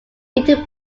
eighteen